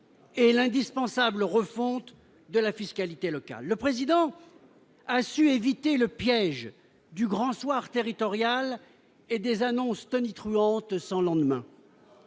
et l'indispensable refonte de la fiscalité locale, le président a su éviter le piège du grand soir territoriale et des annonces tonitruantes sans lendemain.